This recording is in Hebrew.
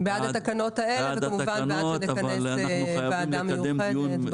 בעד התקנות האלה וכמובן בעד שנכנס ועדה מיוחדת.